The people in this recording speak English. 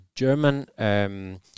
German